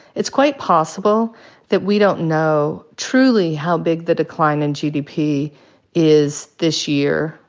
it's quite possible that we don't know truly how big the decline in gdp is this year,